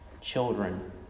children